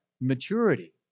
maturity